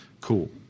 Cool